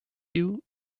you